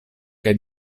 kaj